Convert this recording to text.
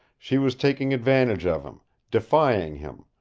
she was taking advantage of him, defying him,